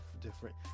different